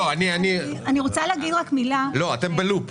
אתן ב-loop.